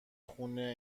خونه